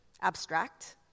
abstract